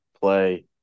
play